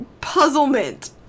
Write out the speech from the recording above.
puzzlement